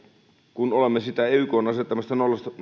kun olemme siitä ykn asettamasta nolla